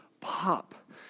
pop